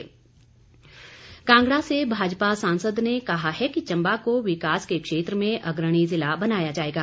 किशन कपूर कांगड़ा से भाजपा सांसद ने कहा है कि चम्बा को विकास के क्षेत्र में अग्रणी जिला बनाया जाएगा